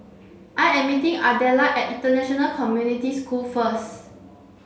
I am meeting Ardella at International Community School first